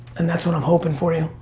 and that's what i'm hoping for you.